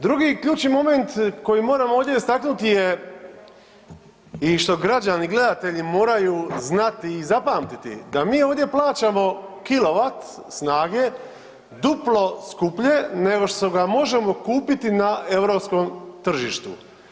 Drugi ključni moment koji moramo ovdje istaknuti je i što građani, gledatelji moraju znati i zapamtiti da mi ovdje plaćamo kilovat snage duplo skuplje nego što ga možemo kupiti na europskom tržištu.